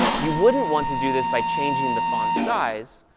you wouldn't want to do this by changing the font size,